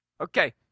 Okay